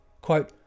Quote